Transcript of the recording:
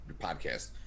podcast